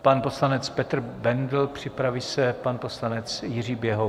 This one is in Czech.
Pan poslanec Petr Bendl, připraví se pan poslanec Jiří Běhounek.